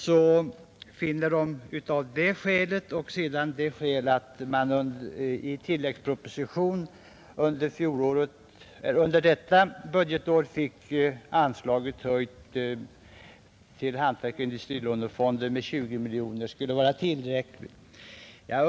Av detta skäl och av det skälet att man i tilläggspropositionen under detta budgetår fick anslaget till hantverksoch industrilånefonden höjt till 20 miljoner kronor finner utskottet att Kungl. Maj:ts förslag är tillräckligt.